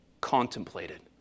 contemplated